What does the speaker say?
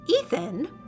Ethan